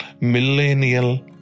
millennial